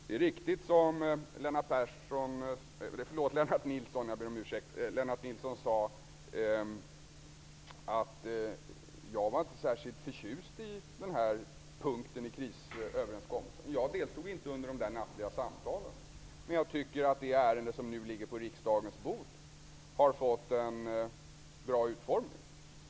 Det är riktigt som Lennart Nilsson sade, att jag inte var särskilt förtjust i den här punkten i krisöverenskommelsen. Jag deltog inte under de där nattliga samtalen, men jag tycker att det ärende som nu ligger på riksdagens bord har fått en bra utformning.